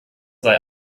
sei